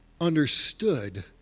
understood